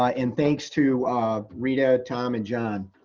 ah and thanks to rita, tom and john.